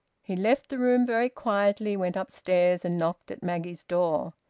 he left the room very quietly, went upstairs, and knocked at maggie's door.